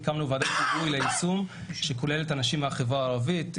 הקמנו ועדת היגוי ליישום שכוללת אנשים מהחברה הערבית,